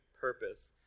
purpose